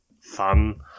fun